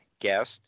guest